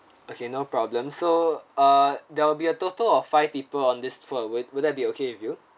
okay no problem so uh there will be a total of five people on this tour will will that be okay with you